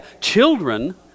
children